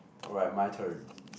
alright my turn